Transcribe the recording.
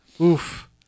oof